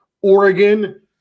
Oregon